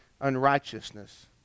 unrighteousness